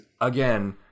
again